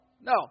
no